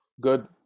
good